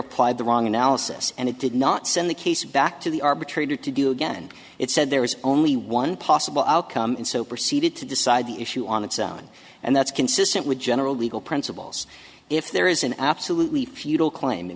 applied the wrong analysis and it did not send the case back to the arbitrator to do again it said there was only one possible outcome and so proceeded to decide the issue on its own and that's consistent with general legal principles if there is an absolutely futile claim